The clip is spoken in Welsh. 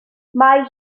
mae